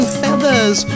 feathers